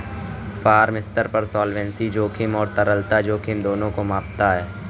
firm स्तर पर solvency जोखिम और तरलता जोखिम दोनों को मापता है